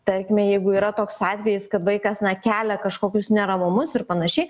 tarkime jeigu yra toks atvejis kad vaikas na kelia kažkokius neramumus ir panašiai